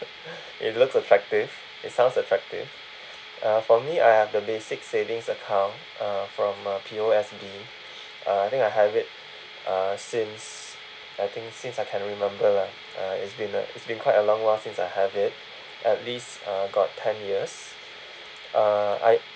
it looks attractive it sounds attractive uh for me I have the basic savings account uh from uh P_O_S_B uh I think I have it uh since I think since I can remember lah uh it's been a it's been quite a long while since I have it at least uh got ten years uh I